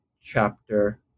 chapter